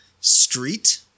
street